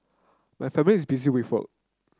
my family is busy with work